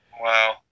Wow